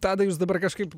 tadai jūs dabar kažkaip